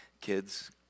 kids